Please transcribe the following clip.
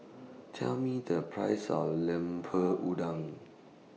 Tell Me The Price of Lemper Udang